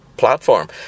Platform